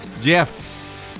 Jeff